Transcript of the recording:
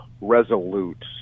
resolute